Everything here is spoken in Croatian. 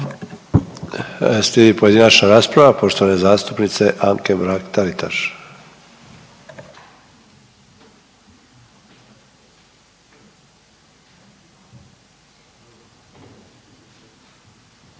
Slijedi pojedinačna rasprava poštovane zastupnice Anke Mrak Taritaš.